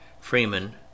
Freeman